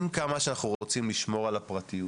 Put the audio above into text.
עם כמה שאנחנו רוצים לשמור על הפרטיות